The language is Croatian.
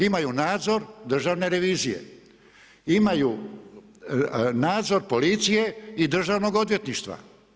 Imaju nadzor Državne revizije, imaju nadzor policije i Državnog odvjetništva.